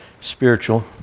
spiritual